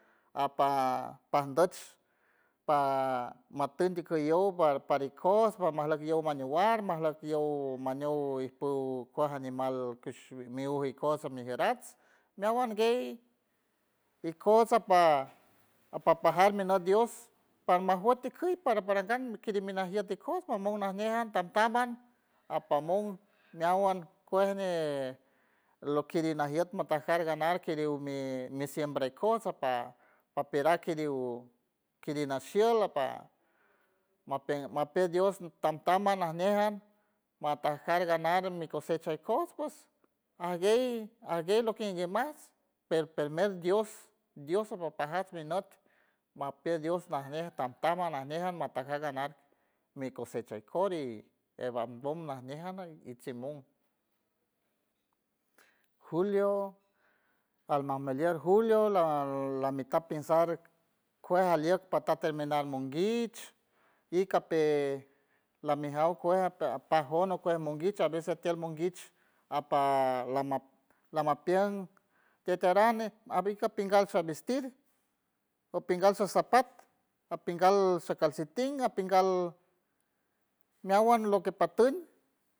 Ajpa pajndochs pa matün tikiyow par para ikojts pamajleck yow mandier war majlieck yow mañow ijpuj kuaj animal ps miuwi ikojts majerats meawan guey ikojts apa apa- pajar mi nüt dios parma juet ikey par para parangan crimi najiet ikojts mamon najñe jan tamtamhan apamon meawan ñi kuej lo que nicrinajiet mi tajar ganar tiriw mi- mi siembra ikojts ajpa paperan kiriw kiri na shield apa mape mape dios tamtam najñe jan mataj jar ganar mi cosecha ikojts ps ajguey ajguey lo que ñimas per permer dios dios ropajar mi nut mapey dios najñe tamtam najñe jan ganar mi cosecha ijkor y eban ngon najñe jan ichimon, julio almaj mueleck julio la mita pensar kuej alieck pata terminar monguich, ikape la mi jaw kuej apa- apaj kuel tiel monguich a veces tiel monguich apa lama lama pien tiet tirang abica piengal tiel vestid apingal sasapat, apingal sa calcetin, apingal meawan lo que patuñ